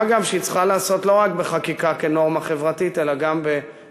מה גם שהיא מצריכה לעסוק לא רק בחקיקה כנורמה חברתית אלא גם בחינוך,